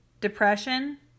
depression